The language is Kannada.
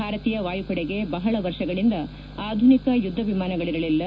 ಭಾರತೀಯ ವಾಯುಪಡೆಗೆ ಬಹಳ ವರ್ಷಗಳಿಂದ ಆಧುನಿಕ ಯುದ್ದ ವಿಮಾನಗಳರಲಿಲ್ಲ